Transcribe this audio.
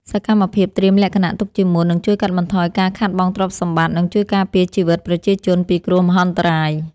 សកម្មភាពត្រៀមលក្ខណៈទុកជាមុននឹងជួយកាត់បន្ថយការខាតបង់ទ្រព្យសម្បត្តិ និង ជួយការពារជីវិតប្រជាជនពីគ្រោះមហន្តរាយ។